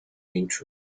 intro